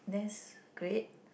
that's great